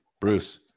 Bruce